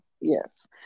yes